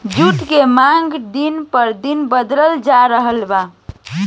जुट के मांग दिन प दिन बढ़ल चलल जा रहल बा